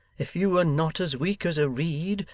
if you were not as weak as a reed,